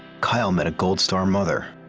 kyle met a gold-star mother.